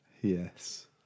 Yes